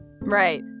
right